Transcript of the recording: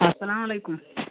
اَسَلامُ علیکُم